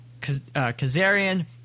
Kazarian